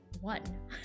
one